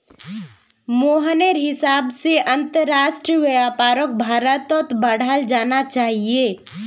मोहनेर हिसाब से अंतरराष्ट्रीय व्यापारक भारत्त बढ़ाल जाना चाहिए